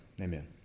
Amen